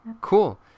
Cool